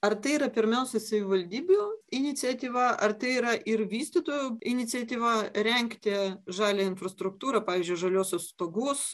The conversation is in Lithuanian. ar tai yra pirmiausia savivaldybių iniciatyva ar tai yra ir vystytojų iniciatyva rengti žalią infrastruktūrą pavyzdžiui žaliuosius stogus